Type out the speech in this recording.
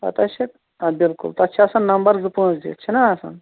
پَتہٕ آسہِ اتھ آ بِلکُل تَتھ چھِ آسان نمبر زٕ پٲنٛژھ دِتھ چھِنا آسان